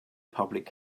public